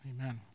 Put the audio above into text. Amen